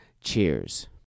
cheers